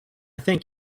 think